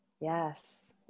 Yes